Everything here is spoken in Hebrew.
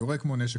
יורה כמו נשק,